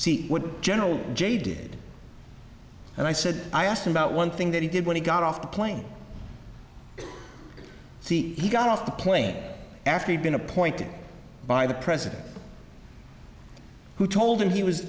see what general jay did and i said i asked him about one thing that he did when he got off the plane see he got off the plane after he'd been appointed by the president who told him he was